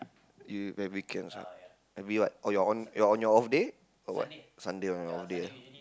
you maybe cancel maybe what or you're on you're on your off day or what Sunday on my off day